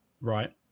Right